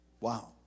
Wow